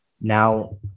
Now